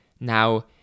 now